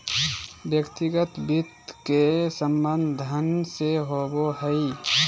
व्यक्तिगत वित्त के संबंध धन से होबो हइ